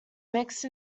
mixed